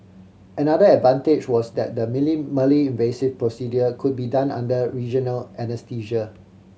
another advantage was that the minimally invasive procedure could be done under regional anaesthesia